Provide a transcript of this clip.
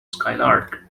skylark